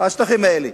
השטחים האלה.